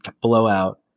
blowout